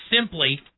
simply